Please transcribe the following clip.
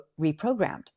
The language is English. reprogrammed